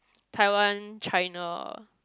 Taiwan China